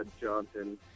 Johnson